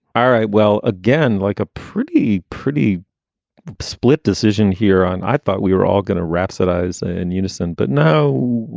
all right. well, again, like a pretty, pretty split decision here on i thought we were all going to rhapsodize in unison, but no,